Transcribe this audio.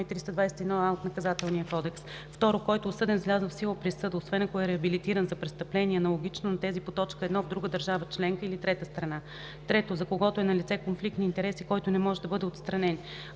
321а от Наказателния кодекс; 2. който е осъден с влязла в сила присъда, освен ако е реабилитиран, за престъпление, аналогично на тези по т. 1, в друга държава членка или трета страна; 3. за когото е налице конфликт на интереси, който не може да бъде отстранен.